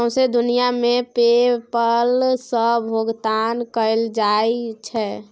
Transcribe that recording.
सौंसे दुनियाँ मे पे पल सँ भोगतान कएल जाइ छै